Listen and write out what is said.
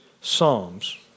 Psalms